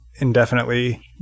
indefinitely